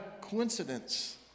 coincidence